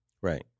Right